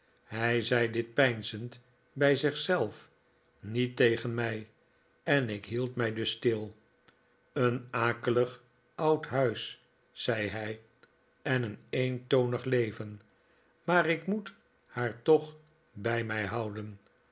hij zei dit peinzend bij zich zelf niet tegen mij en ik hield mij dus stil een akelig oud huis zei hij en een eentonig leven maar ik moet haar toch bij mij houden